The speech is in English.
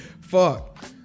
fuck